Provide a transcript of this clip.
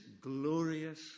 glorious